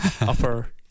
upper